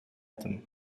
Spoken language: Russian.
этом